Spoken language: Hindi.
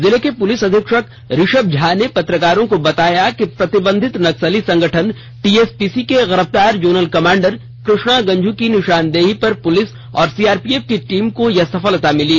जिले के पूलिस अधीक्षक रिषभ झा ने पत्रकारों को बताया कि प्रतिबंधित नक्सली संगठन टीएसपीसी को गिरफ़तार जोनल कमांडर कृष्णा गंझू की निशानदेही पर पुलिस और सीआरपीएफ की टीम को यह सफलता मिली